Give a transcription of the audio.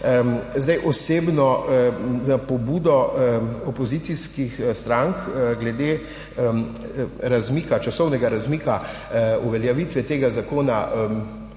Osebno, pobudo opozicijskih strank glede časovnega razmika uveljavitve tega zakona,